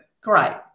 Great